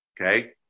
okay